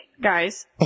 guys